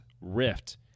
Rift